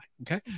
okay